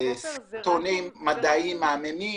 סרטונים מדעיים מהממים